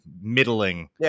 middling